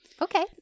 Okay